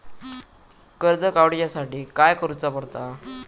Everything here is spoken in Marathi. कर्ज काडूच्या साठी काय करुचा पडता?